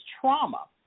trauma